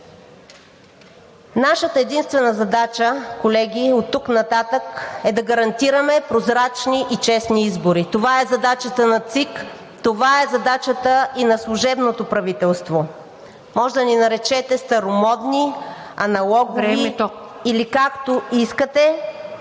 Нашата единствена задача, колеги, оттук нататък е да гарантираме прозрачни и честни избори. Това е задачата на ЦИК, това е задачата и на служебното правителство. Може да ни наречете старомодни, аналогови... ПРЕДСЕДАТЕЛ